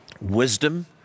Wisdom